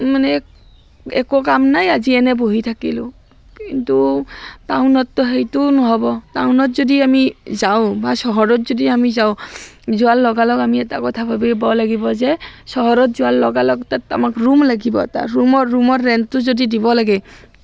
মানে একো কাম নাই আজি এনে বহি থাকিলোঁ কিন্তু টাউনততো সেইটোও নহ'ব টাউনত যদি আমি যাওঁ বা চহৰত যদি আমি যাওঁ যোৱাৰ লগালগ আমি এটা কথা ভাবিব লাগিব যে চহৰত যোৱাৰ লগালগ আমাক ৰুম লাগিব এটা ৰুমৰ ৰুমৰ ৰেণ্টটো যদি দিব লাগে